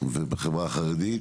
ובחברה החרדית,